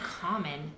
common